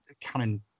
canon